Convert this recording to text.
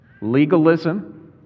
legalism